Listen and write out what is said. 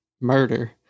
murder